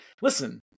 listen